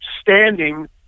standing